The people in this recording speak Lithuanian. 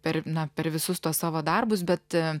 per na per visus tuos savo darbus bet